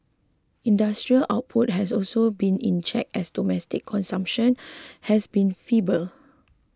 industrial output has also been in check as domestic consumption has been feeble